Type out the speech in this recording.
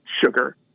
sugar